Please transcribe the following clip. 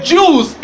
Jews